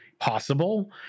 possible